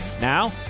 Now